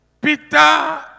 Peter